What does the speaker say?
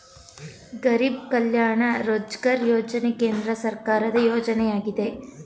ಗರಿಬ್ ಕಲ್ಯಾಣ ರೋಜ್ಗಾರ್ ಯೋಜನೆ ಕೇಂದ್ರ ಸರ್ಕಾರದ ಯೋಜನೆಯಾಗಿದೆ